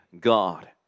God